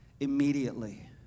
Immediately